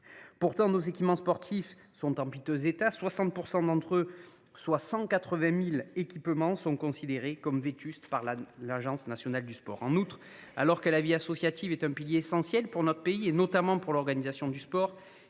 Pourtant, nos équipements sportifs sont en piteux état : 60 % d’entre eux, soit 180 000 équipements, sont considérés comme vétustes par l’ANS. En outre, alors que la vie associative est un pilier essentiel pour notre pays, notamment pour l’organisation du sport,